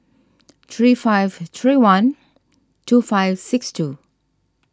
three five three one two five six two